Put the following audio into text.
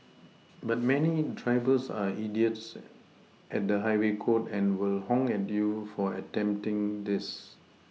but many drivers are idiots at the highway code and will honk at you for attempting this